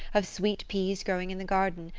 of sweet peas growing in the garden,